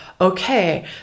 okay